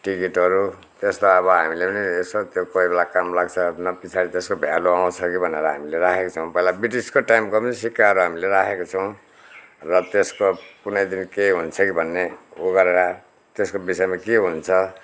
टिकटहरू त्यस्ता अब हामीले पनि यसो त्यो कोही बेला काम लाग्छ न पछाडि त्यसको भ्याल्यू आउछ कि भनेर हामीले राखेका छौँ पहिला ब्रिटिसको टाइमको पनि सिक्काहरू हामीले राखेका छौँ र त्यसको कुनै दिन केही हुन्छ कि भन्ने ऊ गरेर त्यसको विषयमा के हुन्छ